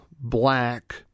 black